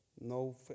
No